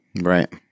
right